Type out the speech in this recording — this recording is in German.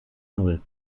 null